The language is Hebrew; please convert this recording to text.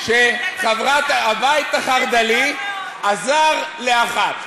שהבית החרד"לי עזר לאחת.